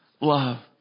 love